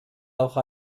auch